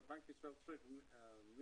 שבנק ישראל צריך מינימום